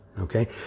okay